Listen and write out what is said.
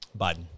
Biden